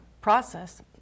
process